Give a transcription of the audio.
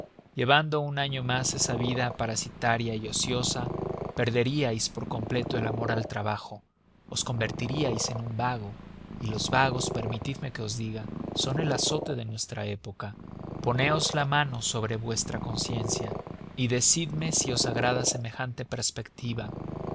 llevando un año más esa vida parasitaria y ociosa perderíais por completo el amor al trabajo os convertiríais en un vago y los vagos permitidme que os lo diga son el azote de nuestra época poneos la mano sobre vuestra conciencia y decidme si os agrada semejante perspectiva